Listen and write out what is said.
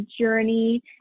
journey